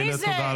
מירב,